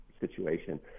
situation